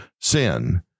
sin